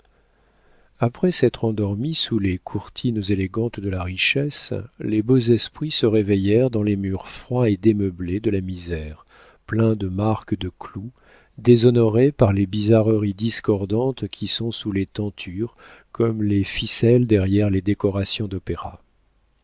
après s'être endormis sous les courtines élégantes de la richesse les beaux esprits se réveillèrent dans les murs froids et démeublés de la misère pleins de marques de clous déshonorés par les bizarreries discordantes qui sont sous les tentures comme les ficelles derrière les décorations d'opéra